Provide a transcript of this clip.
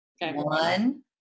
One